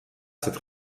cette